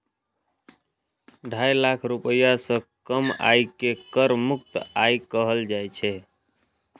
ढाई लाख रुपैया सं कम आय कें कर मुक्त आय कहल जाइ छै